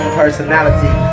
personality